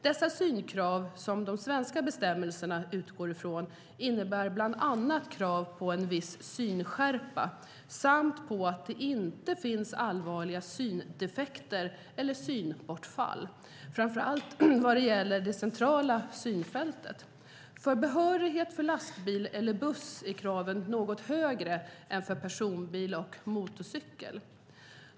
Dessa synkrav, som de svenska bestämmelserna utgår ifrån, innebär bland annat krav på en viss synskärpa samt på att det inte finns allvarliga syndefekter eller synbortfall, framför allt vad gäller det centrala synfältet. För behörighet för lastbil eller buss är kraven något högre än för personbil och motorcykel.